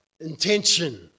intention